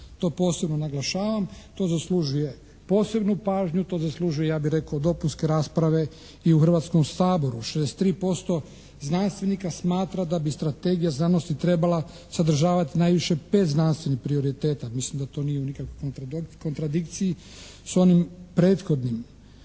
To posebno naglašavam. To zaslužuje posebnu pažnju, to zaslužuje, ja bi rekao, dopunske rasprave i u Hrvatskom saboru. 63% znanstvenika smatra da bi Strategija znanosti trebala sadržavati najviše 5 znanstvenih prioriteta. Mislim da to nije u nikakvoj kontradikciji s onim prethodnim.